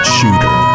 Shooter